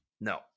No